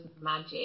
magic